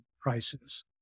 prices